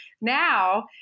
now